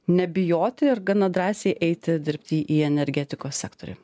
nebijoti ir gana drąsiai eiti dirbti į energetikos sektorių